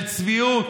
של צביעות,